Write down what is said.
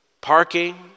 parking